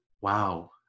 wow